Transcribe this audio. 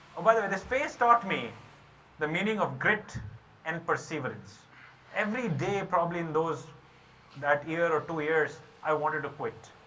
ah by the way, this face taught me the meaning of grit and perseverance every day. probably in those that year or two years, i wanted to quit.